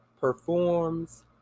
performs